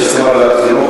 יש הסכמה לוועדת חינוך,